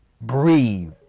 Breathe